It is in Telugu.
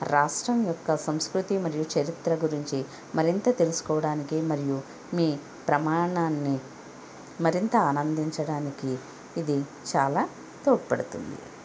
రాష్ట్రం యొక్క సంస్కృతి మరియు చరిత్ర గురించి మరింత తెలుసుకోడానికి మరియు మీ ప్రమాణాన్ని మరింత ఆనందించడానికి ఇది చాలా తోడ్పడుతుంది